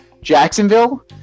Jacksonville